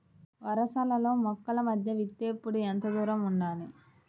వరసలలో మొక్కల మధ్య విత్తేప్పుడు ఎంతదూరం ఉండాలి?